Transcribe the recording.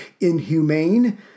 Inhumane